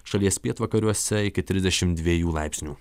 šalies pietvakariuose iki trisdešim dviejų laipsnių